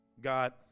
God